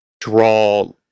draw